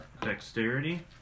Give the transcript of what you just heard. Dexterity